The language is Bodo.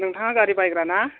नोंथाङा गारि बायग्रा ना